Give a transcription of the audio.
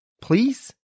Please